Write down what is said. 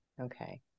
Okay